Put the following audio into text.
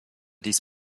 dies